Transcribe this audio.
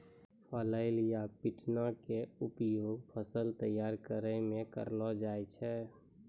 flail या पिटना के उपयोग फसल तैयार करै मॅ करलो जाय छै